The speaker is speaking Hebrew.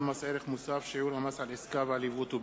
הרווחה והבריאות.